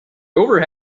over